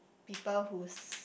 people who's